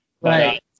Right